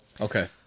Okay